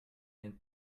ein